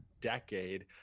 decade